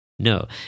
No